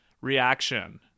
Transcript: reaction